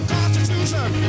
Constitution